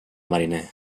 mariner